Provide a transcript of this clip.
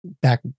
back